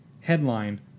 headline